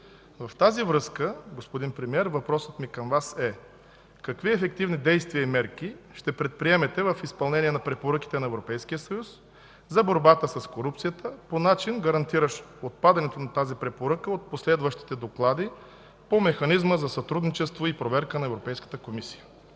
В тази връзка, господин Премиер, въпросът ми към Вас е: какви ефективни действия и мерки ще предприемете в изпълнение на препоръките на Европейския съюз за борбата с корупцията по начин, гарантиращ отпадането на тази препоръка от последващите доклади по Механизма за сътрудничество и проверка на